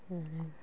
आरो